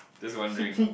just wondering